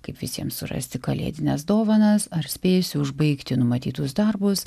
kaip visiems surasti kalėdines dovanas ar spėsiu užbaigti numatytus darbus